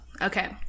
okay